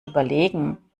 überlegen